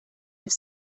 have